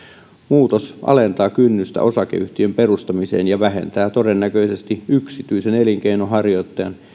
muutos alentaa kynnystä osakeyhtiön perustamiseen ja vähentää todennäköisesti yksityisen elinkeinonharjoittajan